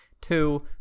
Two